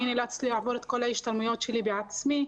אני נאלצתי לעבור את כל ההשתלמויות שלי בעצמי.